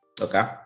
Okay